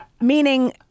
Meaning